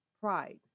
Pride